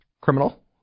criminal